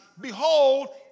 Behold